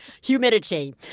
Humidity